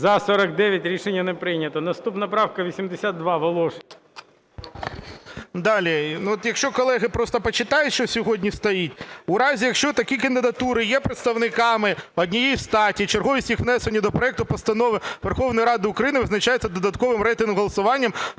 За-49 Рішення не прийнято. Наступна правка 82, Волошин.